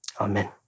amen